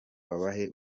babahe